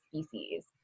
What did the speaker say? Species